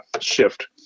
shift